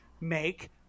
make